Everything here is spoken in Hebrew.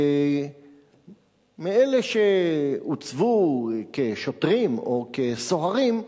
מאלה שהוצבו כשוטרים או כסוהרים,